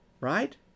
right